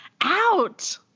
out